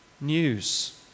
news